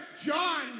John